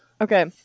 Okay